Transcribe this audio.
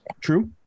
True